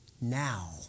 now